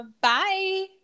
Bye